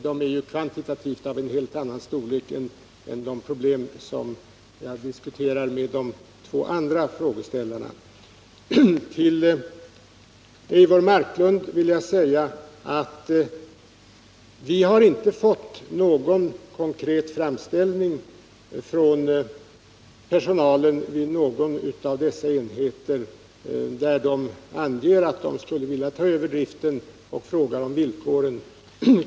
Dessa är ju kvantitativt sett av en helt annan storleksordning än de problem som jag diskuterat med de två andra frågeställarna. Till Eivor Marklund vill jag säga att vi inte har fått någon konkret framställning från personalen vid någon av dessa enheter med angivande av att personalen där skulle vilja överta driften och med förfrågningar om villkoren.